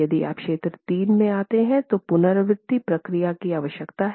यदि आप क्षेत्र 3 में आते हैं तो पुनरावृति प्रक्रिया की आवश्यकता है